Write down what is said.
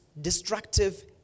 destructive